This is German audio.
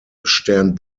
stern